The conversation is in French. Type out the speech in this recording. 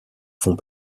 font